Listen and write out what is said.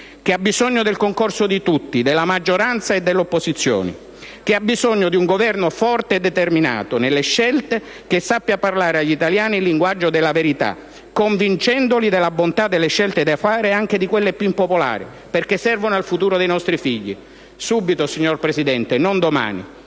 che ha bisogno del concorso di tutti, della maggioranza e dell'opposizione, che ha bisogno di un Governo forte e determinato nelle scelte, che sappia parlare agli italiani il linguaggio della verità, convincendoli della bontà delle scelte da fare, anche di quelle più impopolari, perché servono al futuro dei nostri figli. Subito, signor Presidente del